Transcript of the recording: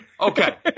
Okay